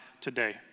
today